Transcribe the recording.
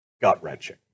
gut-wrenching